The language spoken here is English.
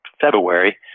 February